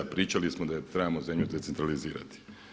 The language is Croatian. Pričali smo da trebamo zemlju decentralizirati.